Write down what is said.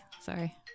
Sorry